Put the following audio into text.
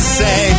say